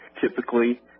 Typically